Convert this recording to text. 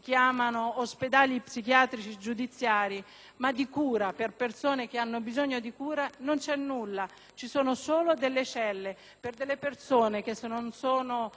chiamano ospedali psichiatrici giudiziari, ma di cura per persone che ne hanno bisogno non c'è nulla, ci sono solo delle celle per persone che, se non sono